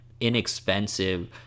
inexpensive